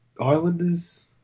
Islanders